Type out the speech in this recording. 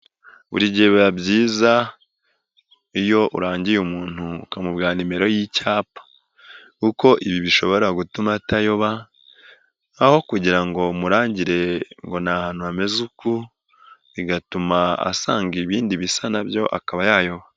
Buri gihe biba byiza iyo urangiye umuntu ukamubwira nimero y'icyapa, kuko ibi bishobora gutuma atayoba, aho kugira ngo murangire ngo n'ahantu hameze uku, bigatuma asanga ibindi bisa na byo akaba yayoba.